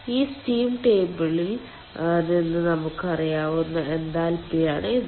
ഈ സ്റ്റീം ടേബിളിൽ നിന്ന് നമുക്ക് അറിയാവുന്ന എൻതാൽപ്പിയാണ് ഇത്